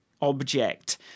object